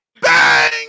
Bang